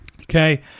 Okay